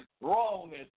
wrongness